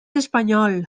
espanyol